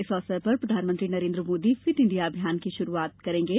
इस अवसर पर प्रधानमंत्री नरेंद्र मोदी फिट इण्डिया अभियान की शुरुआत करेंगे